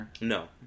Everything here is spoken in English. No